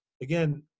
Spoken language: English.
again